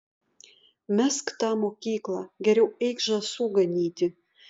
mesk tą mokyklą geriau eik žąsų ganyti